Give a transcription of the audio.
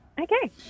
Okay